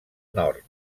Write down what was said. nord